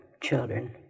Children